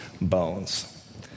bones